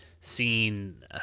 seen